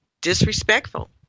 disrespectful